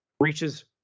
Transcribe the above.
Reaches